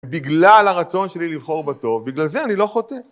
בגלל הרצון שלי לבחור בטוב, בגלל זה אני לא חוטא.